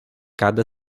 cada